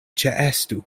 ĉeestu